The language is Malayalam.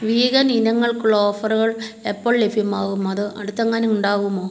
വീഗൻ ഇനങ്ങൾക്കുള്ള ഓഫറുകൾ എപ്പോൾ ലഭ്യമാകും അത് അടുത്തെങ്ങാനും ഉണ്ടാകുമോ